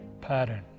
pattern